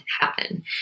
happen